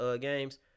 games